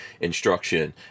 instruction